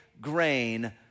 grain